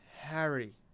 Harry